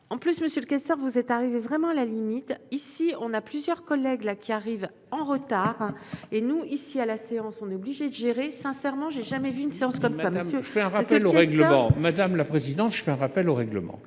en plus monsieur que ça, vous êtes arrivé vraiment la limite ici, on a plusieurs collègues là qui arrive en retard et nous, ici, à la séance, on est obligé de gérer, sincèrement, j'ai jamais vu une chose comme ça. C'est un rappel au règlement, madame la présidente, je fais un rappel au règlement